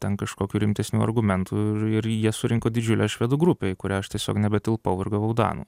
ten kažkokių rimtesnių argumentų ir ir jie surinko didžiulę švedų grupę į kurią aš tiesiog nebetilpau ir gavau danų